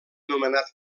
nomenat